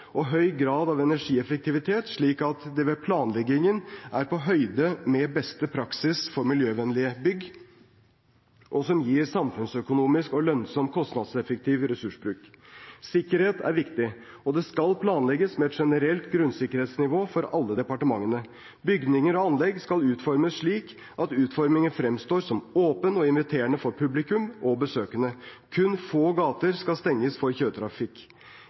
og høy grad av energieffektivitet, slik at det ved planleggingen er på høyde med beste praksis for miljøvennlige bygg og gir en samfunnsøkonomisk lønnsom og kostnadseffektiv ressursbruk. Sikkerhet er viktig, og det skal planlegges med et generelt grunnsikkerhetsnivå for alle departementene. Bygninger og anlegg skal utformes slik at utformingen fremstår som åpen og inviterende for publikum og besøkende. Kun få gater skal stenges for